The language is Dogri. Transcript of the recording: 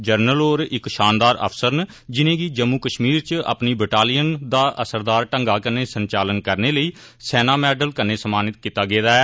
जनरल होर इक शानदार अफसर न जिनें गी जम्मू कश्मीर इच अपनी बटालियन दा असरदार ढंगा नै संचालन करने लेई सेना मैडल कन्नै सम्मानित कीता गेदा ऐ